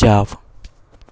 જાવ